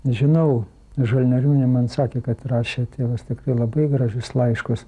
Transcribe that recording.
žinau žalnieriūnė man sakė kad rašė tėvas tiktai labai gražius laiškus